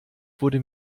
wurde